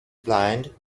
blind